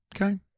Okay